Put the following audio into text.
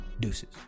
Deuces